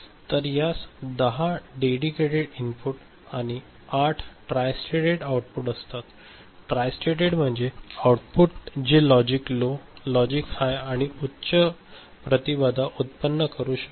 तर यास 10 dedicated input आणि 8 ट्राय स्टेटड आउटपुट असतात ट्राय स्टेटेड म्हणजे असे आउटपुट जे लॉजिक लो लॉजिक हाय आणि उच्च प्रतिबाधा उत्पन्न करू शकते